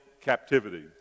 captivity